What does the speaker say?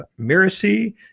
Miracy